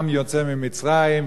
עם יוצא ממצרים,